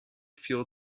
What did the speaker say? fuel